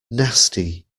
nasty